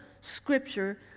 scripture